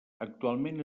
actualment